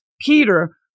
Peter